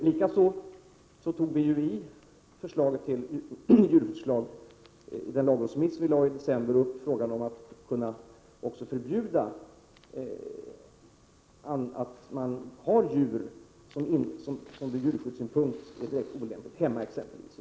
Likaså togs i förslaget till djurskyddslag, i lagrådsremissen i december, upp frågan om huruvida man inte skulle kunna förbjuda att människor i sin bostad har djur som är direkt olämpliga att ha inomhus.